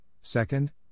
Second